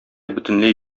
бөтенләй